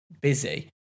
busy